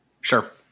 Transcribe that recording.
Sure